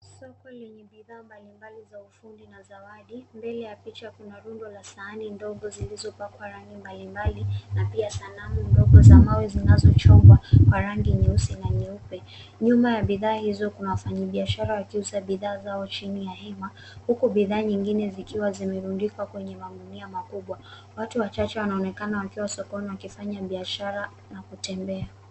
Soko lenye bidhaa mbali mbali za ufundi na zawadi. Mbele ya picha kuna rundo la sahani ndogo zilizopakwa rangi mbali mbali na pia sanamu ndogo za mawe zinazochongwa kwa rangi nyeusi na nyeupe. Nyuma ya bidhaa hizo kuna wafanyibiashara wakiuza bidhaa zao chini ya hema, huku bidhaa nyingine zikiwa zimerundikwa kwenye magunia makubwa. Watu wachache wanaonekana wakiwa sokoni wakifanya biashara na kutembea.